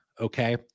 Okay